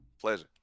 Pleasure